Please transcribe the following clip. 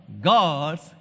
God's